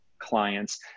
Clients